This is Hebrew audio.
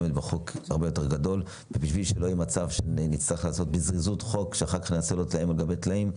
בשביל שלא יהיה מצב שנצטרך לעשות בזריזות חוק שיהיה טלאים על גבי טלאים,